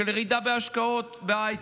של ירידה בהשקעות בהייטק,